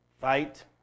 fight